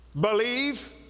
believe